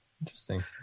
interesting